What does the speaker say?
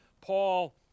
paul